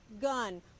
gun